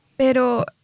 Pero